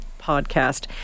podcast